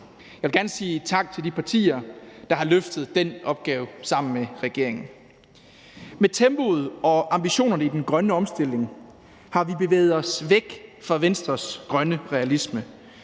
Jeg vil gerne sige tak til de partier, der har løftet den opgave sammen med regeringen. Med tempoet og ambitionerne i den grønne omstilling har vi bevæget os væk fra Venstres grønne realisme,